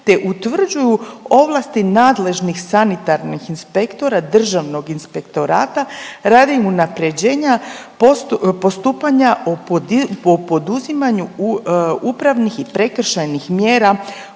te utvrđuju ovlasti nadležnih sanitarnih inspektora Državnog inspektorata radi unapređenja postupanja o poduzimanju upravnih i prekršajnih mjera